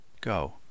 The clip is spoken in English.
Go